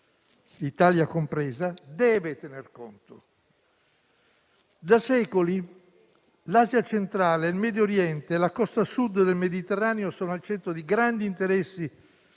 Italia compresa, deve tenere conto. Da secoli l'Asia centrale, il Medio Oriente, la Costa Sud del Mediterraneo sono al centro di grandi interessi